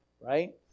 right